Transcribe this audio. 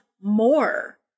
more